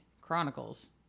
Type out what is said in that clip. chronicles